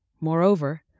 Moreover